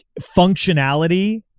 functionality